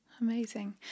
Amazing